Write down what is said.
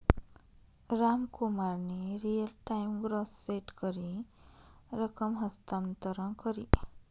रामकुमारनी real time gross set करी रकम हस्तांतर करी